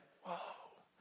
whoa